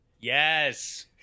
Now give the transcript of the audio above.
Yes